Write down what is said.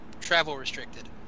travel-restricted